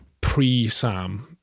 pre-sam